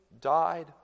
died